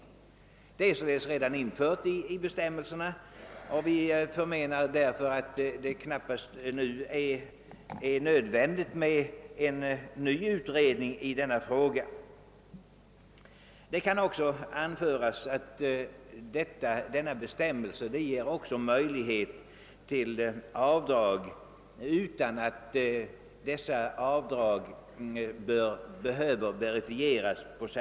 Den bestämmelsen finns således redan införd, och vi menar därför att det knappast nu är nödvändigt att utreda frågan på nytt. Denna bestämmelse ger också möjlighet till avdrag utan att dessa behöver verifieras.